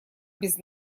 без